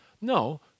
No